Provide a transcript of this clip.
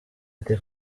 ati